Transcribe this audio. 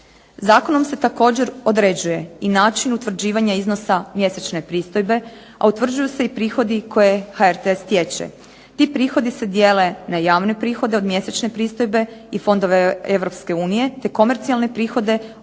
Zakonom se također određuje i način utvrđivanja iznosa mjesečne pristojbe, a utvrđuju se i prihodi koje HRT stječe. Ti prihodi se dijele na javne prihode od mjesečne pristojbe i fondove Europske unije te komercijalne prihode od obavljanja